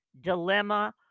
dilemma